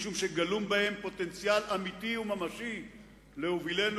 משום שגלום בהם פוטנציאל אמיתי וממשי להובילנו